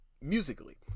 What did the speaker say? musically